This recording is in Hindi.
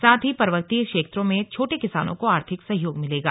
साथ ही पर्वतीय क्षेत्रों में छोटे किसानों को आर्थिक सहयोग मिलेगा